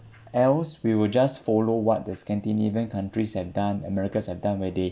else we will just follow what the scandinavian countries have done americans have done where they